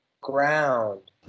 ground